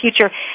future